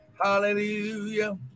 Hallelujah